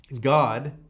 God